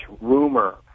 rumor